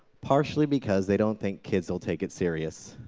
partially because they don't think kids will take it serious.